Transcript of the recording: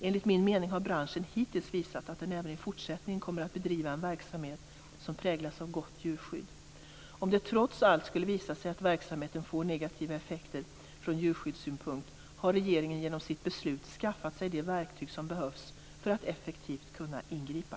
Enligt min mening har branschen hittills visat att den även i fortsättningen kommer att bedriva en verksamhet som präglas av ett gott djurskydd. Om det trots allt skulle visa sig att verksamheten får negativa effekter från djurskyddssynpunkt har regeringen genom sitt beslut skaffat sig de verktyg som behövs för att effektivt kunna ingripa.